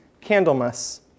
Candlemas